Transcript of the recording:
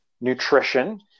nutrition